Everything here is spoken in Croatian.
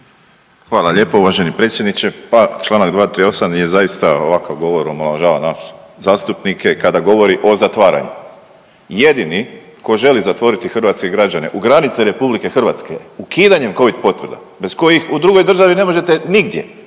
Hvala lijepo uvaženi predsjedniče. Pa čl. 238. jer zaista ovakav govor omalovažava nas zastupnike kada govori o zatvaranju. Jedini tko želi zatvoriti hrvatske građane u granice RH ukidanjem covid potvrda bez kojih u drugoj državi ne možete nigdje,